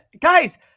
guys